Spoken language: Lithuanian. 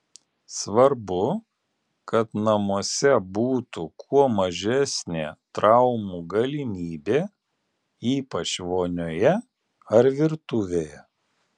svarbu kad namuose būtų kuo mažesnė traumų galimybė ypač vonioje ar virtuvėje